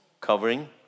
covering